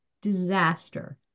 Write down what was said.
disaster